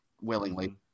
willingly